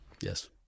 Yes